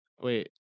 Wait